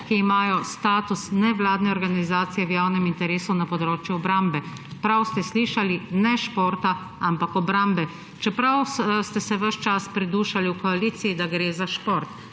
ki imajo status nevladne organizacije v javnem interesu na področju obrambe. Prav ste slišali ne športa, ampak obrambe. Čeprav ste se ves čas pridušali v koaliciji, da gre za šport.